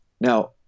Now